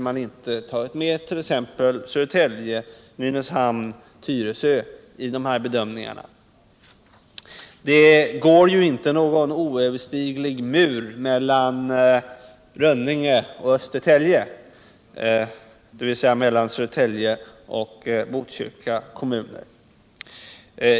man inte tagit med t.ex. Södertälje, Nynäshamn och Tyresö i bedömningarna. Det går inte någon oöverstiglig mur mellan Rönninge och Östertälje, dvs. mellan Södertälje och Botkyrka kommuner.